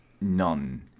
none